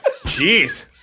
jeez